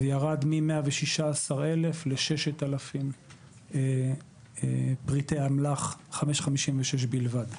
ירדה מ-116,000 ל-6,000 פריטי אמל"ח, 5.56 בלבד.